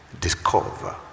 Discover